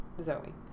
Zoe